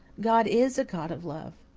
god is a god of love.